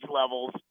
levels